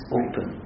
open